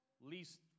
least